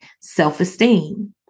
self-esteem